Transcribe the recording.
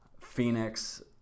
Phoenix